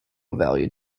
valued